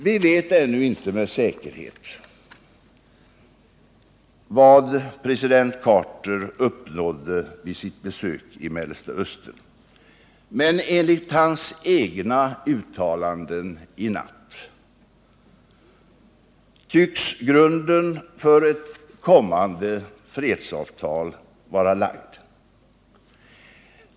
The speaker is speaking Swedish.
/ Vi vet ännu inte med säkerhet vad president Carter uppnått med sitt besök i Mellersta Östern, men enligt hans egna uttalanden i natt tycks grunden för ett kommande fredsavtal vara lagd.